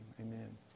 Amen